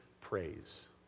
praise